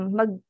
mag